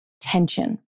tension